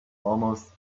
almost